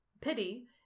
Pity